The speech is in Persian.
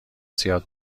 زیاد